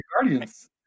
Guardians